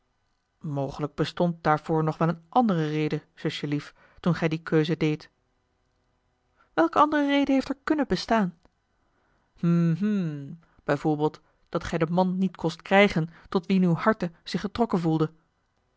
mogelijk bestond daarvoor nog wel eene andere reden zusjelief toen gij die keuze deedt welke andere reden heeft er kunnen bestaan hm hm bij voorbeeld dat gij den man niet kost krijgen tot wien uw harte zich getrokken gevoelde